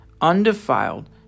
undefiled